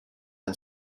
and